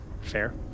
Fair